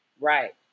Right